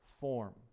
form